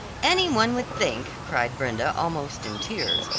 any one would think, cried brenda, almost in tears,